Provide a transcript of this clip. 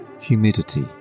Humidity